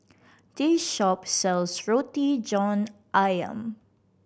this shop sells Roti John Ayam